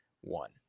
one